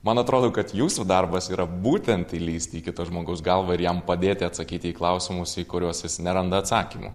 man atrodo kad jūsų darbas yra būtent įlįsti į kito žmogaus galvą ir jam padėti atsakyti į klausimus į kuriuos jis neranda atsakymų